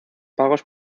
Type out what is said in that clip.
pagos